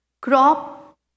crop